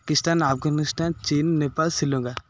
Pakistan Afghanistan China Nepal Sri Lanka